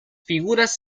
figuras